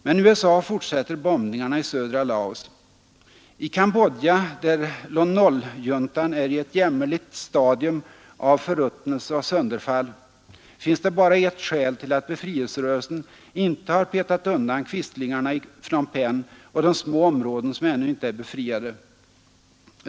Men USA fortsätter bombningarna i södra Laos, i Kambodja, där Lon Nol-juntan är i ett jämmerligt stadium av förruttnelse och sönderfall, finns det bara ett skäl till att befrielserörelsen inte har petat undan quislingarna i Phnom Penh och de små områden som ännu inte är befriade.